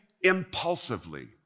impulsively